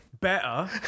better